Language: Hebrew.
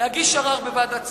להגיש ערר בוועדת השרים,